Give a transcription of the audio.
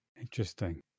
Interesting